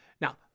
Now